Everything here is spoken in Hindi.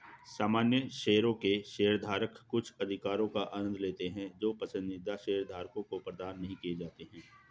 सामान्य शेयरों के शेयरधारक कुछ अधिकारों का आनंद लेते हैं जो पसंदीदा शेयरधारकों को प्रदान नहीं किए जाते हैं